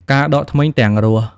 ការដកធ្មេញទាំងរស់។